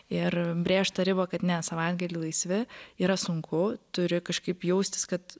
ir brėžt tą ribą kad ne savaitgaliai laisvi yra sunku turi kažkaip jaustis kad